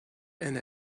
and